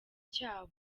cyabo